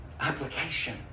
application